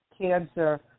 cancer